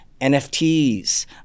nfts